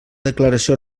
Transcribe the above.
declaració